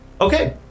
Okay